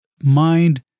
mind